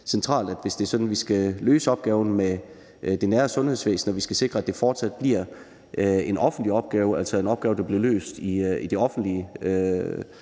centralt, at hvis vi skal løse opgaven med det nære sundhedsvæsen og skal sikre, at det fortsat bliver en offentlig opgave – altså en opgave, der bliver løst i det offentlige